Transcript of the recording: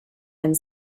and